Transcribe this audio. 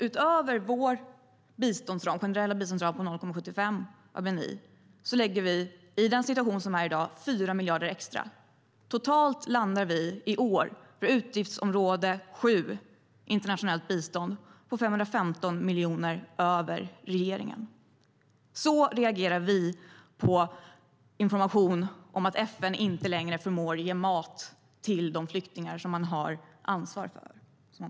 Utöver vår generella biståndsram på 0,75 av bni lägger vi med dagens situation fram 4 miljarder extra. Totalt landar vi i år för utgiftsområde 7, Internationellt bistånd, på 515 miljoner över regeringen. Så reagerar vi på information om att FN inte längre förmår ge mat till de flyktingar man har ansvar för.